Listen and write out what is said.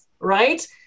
Right